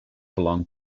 belong